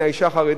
בין האשה החרדית.